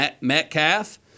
Metcalf